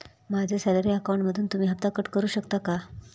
माझ्या सॅलरी अकाउंटमधून तुम्ही हफ्ता कट करू शकता का?